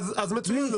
מצוין,